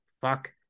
fuck